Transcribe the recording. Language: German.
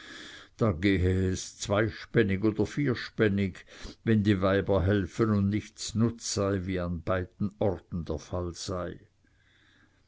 das gehe zweispännig oder vierspännig wenn die weiber helfen und nichts nutz seien wie an beiden orten der fall sei